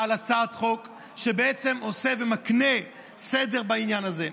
כהצעת חוק שבעצם עושה סדר בעניין הזה.